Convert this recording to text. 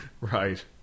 Right